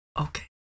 okay